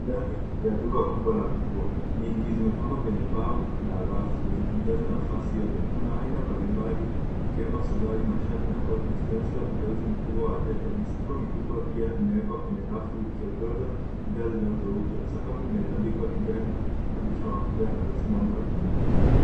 Ndani ya duka kubwa la nguo nyingi zimepangwa kwenye pau na rafu zikijaza nafasi yote. Kuna aina mbalimbali ikiwemo suruali, mashati, na koti zikionyesha uteuzi mkubwa wa wateja. Mifuko mikubwa pia imewekwa kwenye rafu ikiongoza bidhaa zinazouzwa. Sakafu imetandikwa vigae na madirisha makubwa yana ruhusu mwanga kuingia.